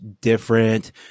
different